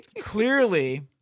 clearly